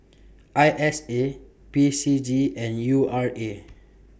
I S A P C G and U R A